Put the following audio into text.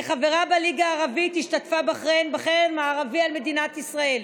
כחברה בליגה הערבית השתתפה בחריין בחרם הערבי על מדינת ישראל.